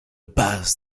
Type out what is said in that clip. base